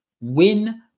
win